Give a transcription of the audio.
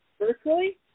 virtually